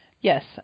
Yes